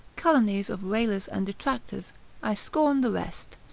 calumnies of railers and detractors i scorn the rest.